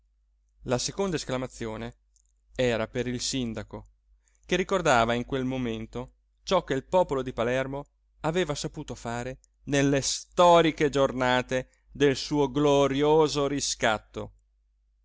la seconda esclamazione era per il sindaco che ricordava in quel momento ciò che il popolo di palermo aveva saputo fare nelle storiche giornate del suo glorioso riscatto